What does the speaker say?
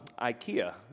Ikea